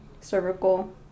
cervical